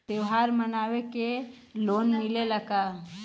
त्योहार मनावे के लोन मिलेला का?